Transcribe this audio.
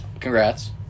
Congrats